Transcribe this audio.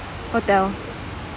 hotel